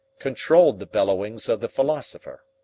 controlled the bellowings of the philosopher.